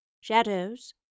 Shadows